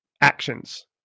actions